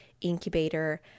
Incubator